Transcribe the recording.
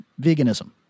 Veganism